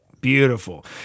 Beautiful